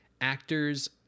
actors